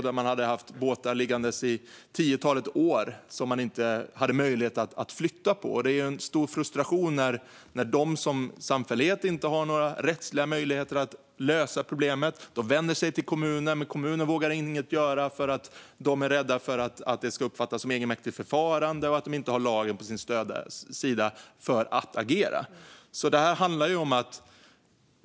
Där hade båtar varit liggande i ett tiotal år, och man hade inte möjlighet att flytta på dem. Det är en stor frustration när samfälligheten inte har några rättsliga möjligheter att lösa problemet. De vänder sig till kommunen, men kommunen vågar inget göra. De är rädda för att det ska uppfattas som egenmäktigt förfarande, och de har inte lagen på sin sida när det gäller att agera.